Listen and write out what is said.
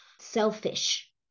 selfish